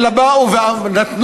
אלא באו ונתנו,